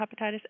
hepatitis